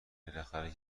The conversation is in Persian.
بالاخره